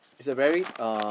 is a very uh